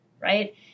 right